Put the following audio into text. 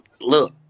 look